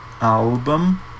album